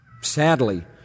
Sadly